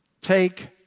Take